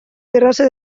terrassa